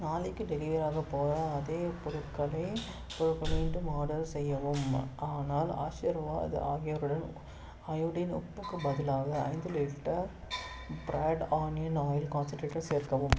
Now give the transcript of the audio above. நாளைக்கு டெலிவரியாகப் போகிற அதே பொருட்களை மீண்டும் ஆர்டர் செய்யவும் ஆனால் ஆஷிர்வாத் ஆகியோருடன் அயோடின் உப்புக்கு பதிலாக ஐந்து லிட்டர் பிரட் ஆனியன் ஆயில் கான்சென்டிரேட்டை சேர்க்கவும்